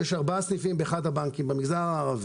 באחד הבנקים יש ארבעה סניפים במגזר הערבי,